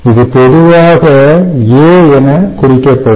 இது பொதுவாக A என குறிக்கப்படும்